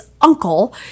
uncle